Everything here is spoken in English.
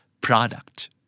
product